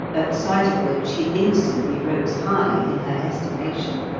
at sight of which he instantly rose high in her estimation.